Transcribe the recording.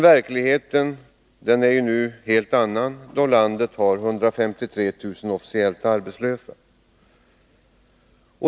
Verkligheten är nu en helt annan, då landet har 153 000 officiellt arbetslösa.